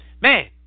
man